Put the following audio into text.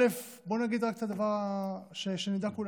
בוא נגיד, שנדע כולנו: